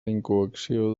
incoació